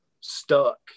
stuck